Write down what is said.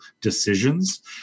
decisions